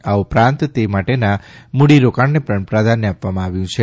આ ઉપરાંત તે માટેના મૂડીરોકાણને પણ પ્રાધાન્ય આપવામાં આવ્યું છે